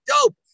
dope